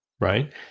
right